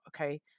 okay